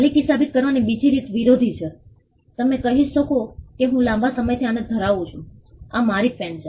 માલિકી સાબિત કરવાની બીજી રીત વિરોધી છે તમે કહી શકો કે હું લાંબા સમયથી આને ધરાવું છું આ મારી પેન છે